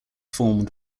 formed